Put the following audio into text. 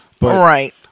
Right